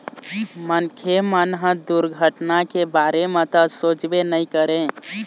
मनखे मन ह दुरघटना के बारे म तो सोचबे नइ करय